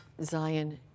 Zion